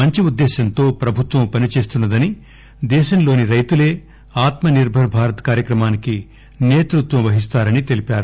మంచి ఉద్దేశ్వంతో ప్రభుత్వం పనిచేస్తున్న దని దేశంలోని రైతులే ఆత్మ నిర్బర్ భారత్ కార్చక్రమానికి నేతృత్వం వహిస్తారని తెలిపారు